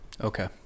Okay